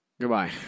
goodbye